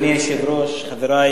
אדוני היושב-ראש, חברי